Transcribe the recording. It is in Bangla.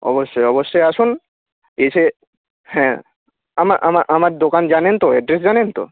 অবশ্যই অবশ্যই আসুন এসে হ্যাঁ আমার দোকান জানেন তো অ্যাড্রেস জানেন তো